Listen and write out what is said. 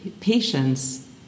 patients